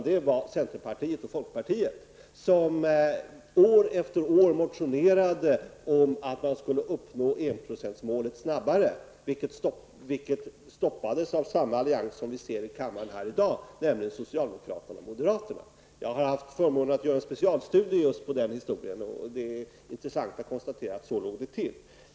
Det var centerpartiet och folkpartiet som år efter år motionerade om att uppnå enprocentsmålet snabbare. Dessa motioner stoppades av samma allians som vi ser i kammaren i dag, nämligen socialdemokraterna och moderaterna. Jag har haft förmånen att få göra en specialstudie på den historien. Det är intressant att konstatera att det låg till på det sättet.